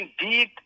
indeed